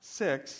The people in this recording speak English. six